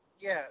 yes